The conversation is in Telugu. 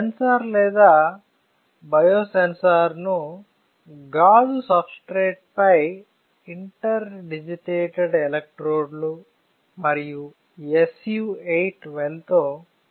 సెన్సార్ లేదా బయోసెన్సర్ ను గాజు సబ్స్ట్రేట్ పై ఇంటర్డిజిటేటెడ్ ఎలక్ట్రోడ్లు మరియు SU 8 వెల్ తో తయారు చేయబడింది